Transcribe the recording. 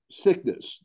sickness